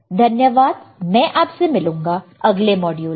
धन्यवाद मैं आपसे मिलूंगा अगले मॉड्यूल में